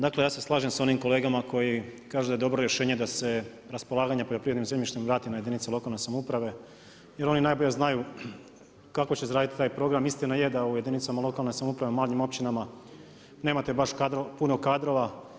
Dakle ja se slažem sa onim kolegama koji kažu da je dobro rješenje da se raspolaganje poljoprivrednim zemljištem vrati na jedinice lokalne samouprave jer oni najbolje znaju kako će izraditi taj program, istina je da u jedinicama lokalne samouprave, u manjim općinama, nemate baš puno kadrova.